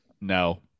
No